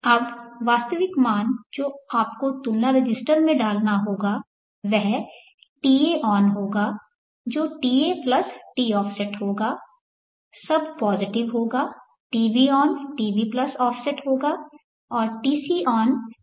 अब वास्तविक मान जो आपको तुलना रजिस्टर में डालना होगा वह taon होगा जो ta प्लस toffset होगा सब पॉजिटिव होगा tbon tb प्लस toffset होगा और tcon tc प्लस toffset होगा